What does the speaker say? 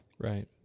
Right